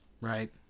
Right